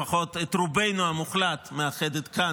לפחות את רובנו המוחלט היא מאחדת כאן,